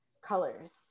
colors